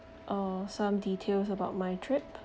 uh some details about my trip